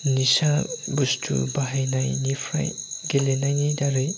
निसा बुस्थु बाहायनायनिफ्राय गेलेनायनि दारै